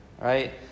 right